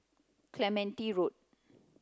Clementi Road